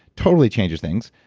totally changes things.